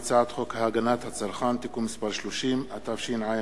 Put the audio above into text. חוק הגנת הצרכן (תיקון מס' 30), התשע"א 2011,